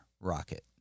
rocket